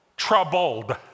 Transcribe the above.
troubled